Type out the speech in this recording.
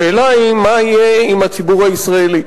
השאלה היא מה יהיה עם הציבור הישראלי.